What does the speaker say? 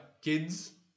kids